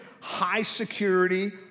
high-security